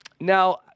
Now